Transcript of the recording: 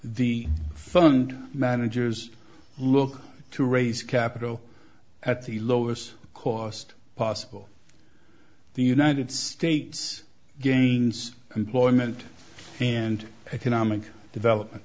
the fund managers look to raise capital at the lowest cost possible the united states against employment and economic development